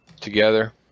together